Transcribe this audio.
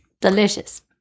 Delicious